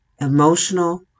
emotional